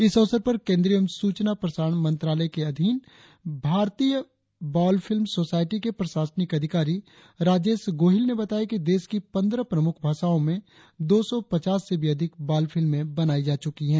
इस अवसर पर केंद्रीय एवं सूचना मंत्रालय के अधीन भारतीय बाल फिल्म सोसायटी के प्रशासनिक अधिकारी राजेश गोहिल ने बताया कि देश की पंद्रह प्रमुख भाषाओं में दो सौ पचास से भी अधिक बाल फिल्में बनाई जा चुकी है